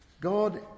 God